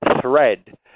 Thread